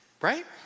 right